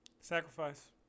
Sacrifice